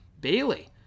Bailey